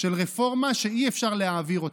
של רפורמה שאי-אפשר להעביר אותה.